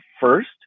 first